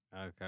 Okay